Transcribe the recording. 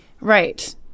Right